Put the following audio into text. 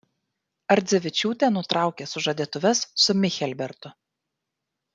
ardzevičiūtė nutraukė sužadėtuves su michelbertu